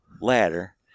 ladder